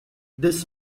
this